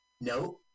No